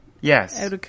Yes